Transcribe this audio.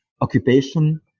occupation